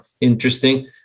interesting